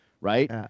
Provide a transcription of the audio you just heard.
right